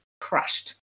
crushed